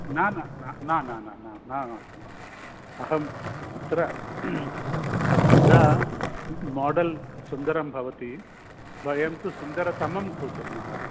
न न न न न न न न न न महोदय अहम् अत्र यदा माडल् सुन्दरं भवति वयं तु सुन्दरतमं कु कुर्मः